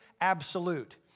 absolute